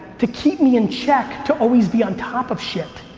to keep me in check, to always be on top of shit.